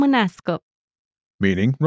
Meaning